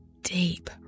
deep